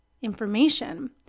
information